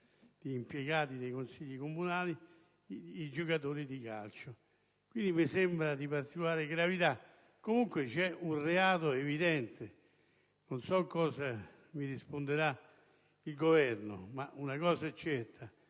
di impiegati nei Consigli comunali i giocatori di calcio. Mi sembra che questa vicenda sia di particolare gravità; comunque, c'è un reato evidente. Non so cosa mi risponderà il Governo, ma una cosa è certa: